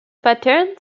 patterned